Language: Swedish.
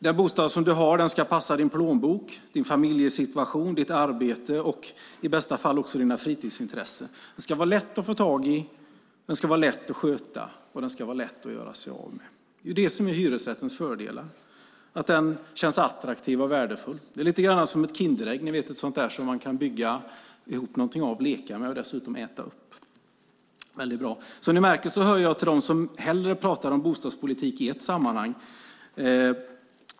Den bostad du har ska passa din plånbok, din familjesituation, ditt arbete och i bästa fall också dina fritidsintressen. Den ska vara lätt att få tag i, lätt att sköta och lätt att göra sig av med. Det är det som är hyresrättens fördelar, att den känns attraktiv och värdefull. Det är lite grann som ett Kinderägg, ni vet ett sådant där man kan bygga ihop någonting av, leka med och dessutom äta upp. Det är väldigt bra. Som ni märker hör jag till dem som hellre talar om bostadspolitiken i ett sammanhang.